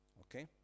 Okay